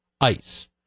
ICE